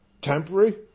temporary